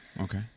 okay